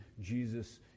Jesus